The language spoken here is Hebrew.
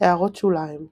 הערות שוליים ==